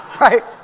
Right